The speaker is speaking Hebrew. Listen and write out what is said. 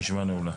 הישיבה נעולה.